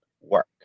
work